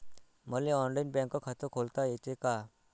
मले online bank खात खोलता येते का?